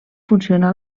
funcionar